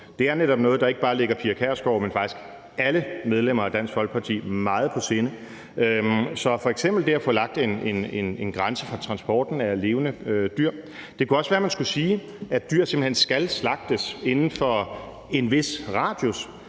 netop noget, der ikke bare ligger Pia Kjærsgaard, men faktisk alle medlemmer af Dansk Folkeparti meget på sinde, altså at få f.eks. lagt en grænse på transporten af levende dyr. Det kunne også være, at man skulle sige, at dyr simpelt hen skal slagtes inden for en vis radius,